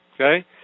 okay